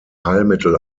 heilmittel